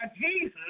Jesus